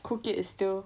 cook it is still